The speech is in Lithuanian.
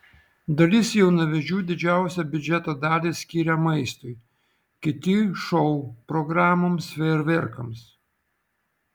dalis jaunavedžių didžiausią biudžeto dalį skiria maistui kiti šou programoms fejerverkams